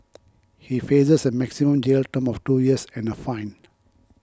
he faces a maximum jail term of two years and a fine